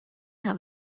have